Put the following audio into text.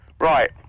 Right